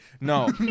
No